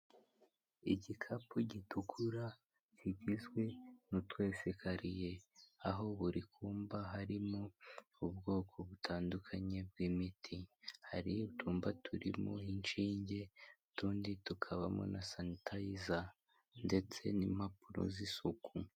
Igikapu gitukura kigizwe n'utwesekariye, aho buri kumba harimo ubwoko butandukanye bw'imiti, hari utwumba turimo inshinge, utundi tukabamo na sanitayiza ndetse n'impapuro z'isuku.